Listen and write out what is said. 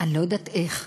אני לא יודעת איך,